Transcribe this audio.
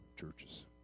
churches